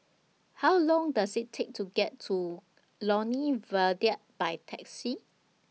How Long Does IT Take to get to Lornie Viaduct By Taxi